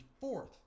fourth